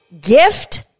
Gift